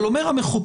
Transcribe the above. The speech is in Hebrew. אבל אומר המחוקק,